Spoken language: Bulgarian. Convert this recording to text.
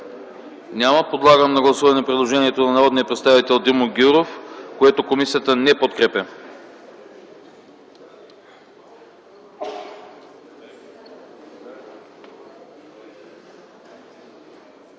Няма. Подлагам на гласуване предложението на народния представител Димо Гяуров, което комисията не подкрепя.